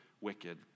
wicked